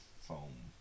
foam